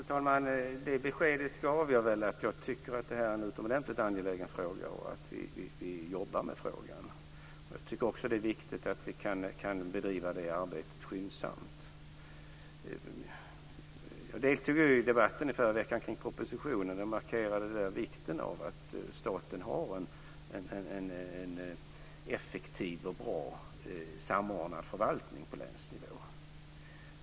Fru talman! Det beskedet gav jag väl: Jag tycker att det här är en utomordentligt angelägen fråga, och vi jobbar med frågan. Jag tycker också att det är viktigt att vi kan bedriva det arbetet skyndsamt. Jag deltog ju i debatten i förra veckan om propositionen och markerade där vikten av att staten har en effektiv och bra samordnad förvaltning på länsnivå.